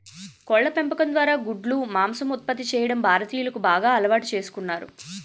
కోళ్ళ పెంపకం ద్వారా గుడ్లు, మాంసం ఉత్పత్తి చేయడం భారతీయులు బాగా అలవాటు చేసుకున్నారు